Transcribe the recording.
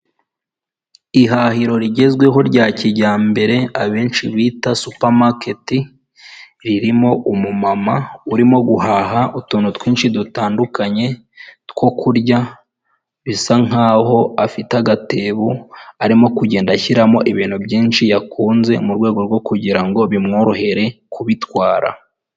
Ububiko bwi'ibyokunywa bukubiyemo imitobe umuhondo, umutuku n'amata bubitse mu buryo bwo kugirango bukonjeshwe bukunze kwifashishwa n'abacuruzi kugira ibyo kunywa bidapfa kandi babishyikirize abaguzi bimeze neza.